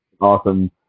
Awesome